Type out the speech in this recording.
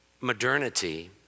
modernity